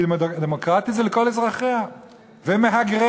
כי "דמוקרטי" זה לכל אזרחיה ומהגריה,